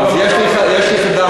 אז יש לי חדש בשבילך.